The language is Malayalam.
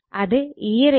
അത് e 𝜋 2 ആണ്